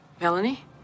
Melanie